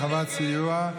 הרחבת סיוע),